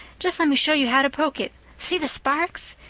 just let me show you how to poke it see the sparks?